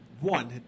One